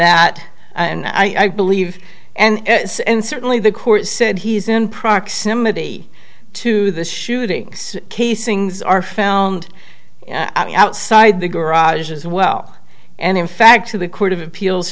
that and i believe and certainly the court said he is in proximity to the shootings casings are found outside the garage as well and in fact to the court of appeals